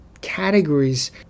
categories